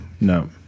no